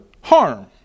harm